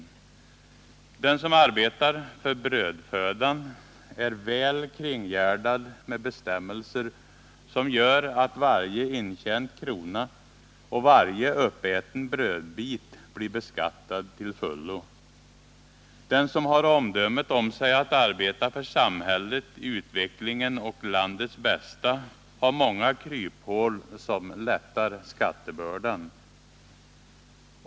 Den som arbetar för brödfödan är väl kringgärdad med bestämmelser som gör att varje intjänt krona och varje uppäten brödbit blir beskattad till fullo. Den som har omdömet om sig att arbeta för samhället, utvecklingen och landets bästa har många kryphål som lättar skattebördan.